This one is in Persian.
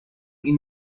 این